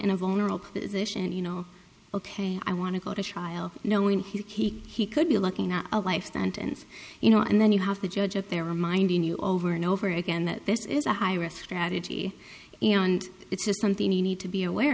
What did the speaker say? in a vulnerable position you know ok i want to go to trial knowing he he could be looking at a life sentence you know and then you have the judge at their reminding you over and over again that this is a high risk strategy and it's just something you need to be aware